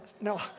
no